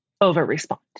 over-respond